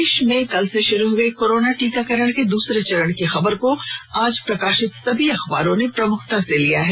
देश में कल से शुरू हए कोरोना टीकाकरण के दूसरे चरण की खबर को आज प्रकाशित सभी अखबारों ने प्रमुखता से लिया है